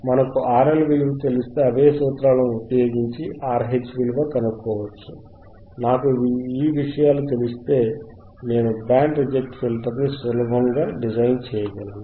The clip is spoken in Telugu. మనకు RL విలువ తెలిస్తే అవే సూత్రాలను ఉపయోగించి RH విలువ కనుక్కోవచ్చు నాకు ఈ విషయాలు తెలిస్తే నేను బ్యాండ్ రిజెక్ట్ ఫిల్టర్ ని సులభముగా డిజైన్ చేయగలను